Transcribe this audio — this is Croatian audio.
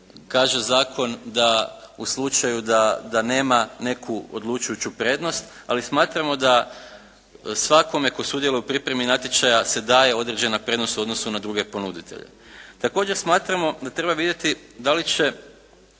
Kaže zakon da u slučaju da nema neku odlučujuću prednost ali smatramo da svakome tko sudjeluje u pripremi natječaja se daje određena prednost u odnosu na druge ponuditelje. Također smatramo da treba vidjeti da li će